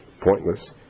pointless